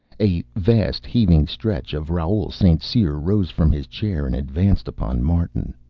a vast, heaving stretch of raoul st. cyr rose from his chair and advanced upon martin.